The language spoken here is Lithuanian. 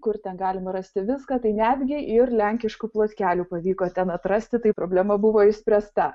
kur ten galima rasti viską tai netgi ir lenkiškų plotkelių pavyko ten atrasti tai problema buvo išspręsta